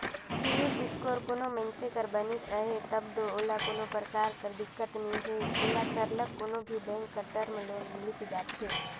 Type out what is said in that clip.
CIBIL score कोनो मइनसे कर बनिस अहे तब दो ओला कोनो परकार कर दिक्कत नी हे ओला सरलग कोनो भी बेंक कर टर्म लोन मिलिच जाथे